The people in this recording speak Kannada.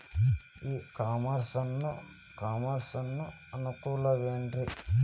ಇ ಕಾಮರ್ಸ್ ನ ಅನುಕೂಲವೇನ್ರೇ?